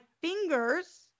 fingers